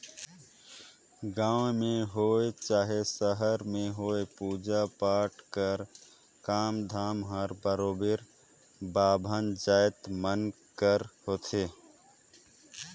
गाँव में होए चहे सहर में होए पूजा पाठ कर काम धाम हर बरोबेर बाभन जाएत मन कर होथे